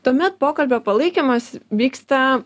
tuomet pokalbio palaikymas vyksta